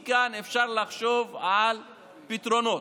מכאן אפשר לחשוב על פתרונות.